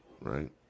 right